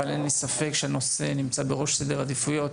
אבל אין לי ספק שהנושא נמצא בסדר העדיפויות